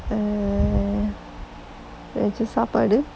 oh எதாச்சும் சாப்பாடு:ethachum saapaadu